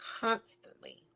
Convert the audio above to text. constantly